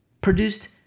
produced